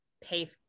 pay